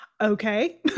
okay